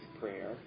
prayer